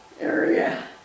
area